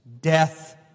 death